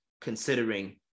considering